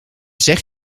zeg